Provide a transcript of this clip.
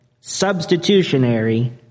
substitutionary